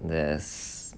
there's